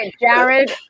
Jared